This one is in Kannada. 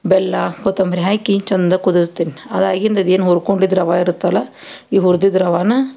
ಬೆಲ್ಲ ಕೊತ್ತಂಬ್ರಿ ಹಾಕಿ ಚಂದ ಕುದಸ್ತೀನಿ ಅದಾಗಿಂದ ಅದೇನು ಹುರ್ಕೊಂಡಿದ್ದು ರವೆ ಇರತ್ತಲ್ಲ ಈ ಹುರ್ದಿದ್ದು ರವೆನ